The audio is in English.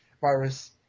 virus